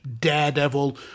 daredevil